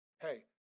Hey